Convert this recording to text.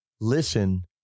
listen